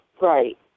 Right